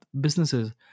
businesses